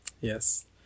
Yes